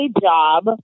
job